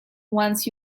once